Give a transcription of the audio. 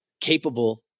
capable